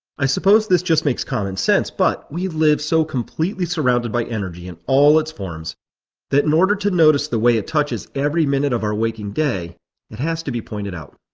i suppose this just makes common sense, but we live so completely surrounded by energy in all its forms that in order to notice the way it touches every minute of our waking day it has to be pointed out.